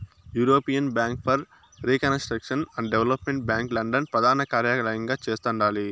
European bank for reconstruction and development bank London ప్రదానకార్యలయంగా చేస్తండాలి